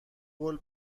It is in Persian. قول